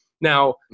Now